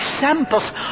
samples